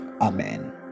Amen